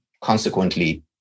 consequently